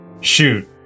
shoot